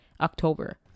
October